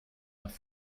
nach